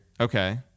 Okay